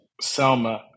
Selma